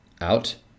out